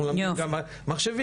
אנחנו מלמדים גם מחשבים,